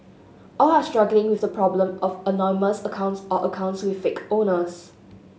all are struggling with the problem of anonymous accounts or accounts with fake owners